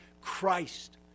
Christ